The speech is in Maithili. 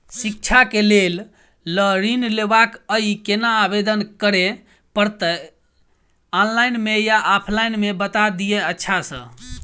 शिक्षा केँ लेल लऽ ऋण लेबाक अई केना आवेदन करै पड़तै ऑनलाइन मे या ऑफलाइन मे बता दिय अच्छा सऽ?